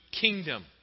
kingdom